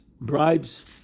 bribes